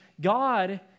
God